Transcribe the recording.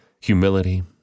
humility